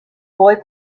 boy